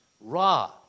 Ra